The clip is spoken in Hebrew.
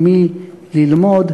עם מי ללמוד,